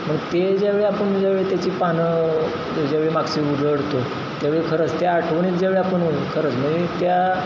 मग ते ज्यावेळी आपण ज्यावेळी त्याची पानं ज्यावेळी मागची उघडतो त्यावेळी खरंच त्या आठवणीत ज्यावेळी आपण खरंच म्हणजे त्या